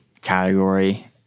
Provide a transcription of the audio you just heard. category